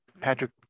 Patrick